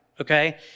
okay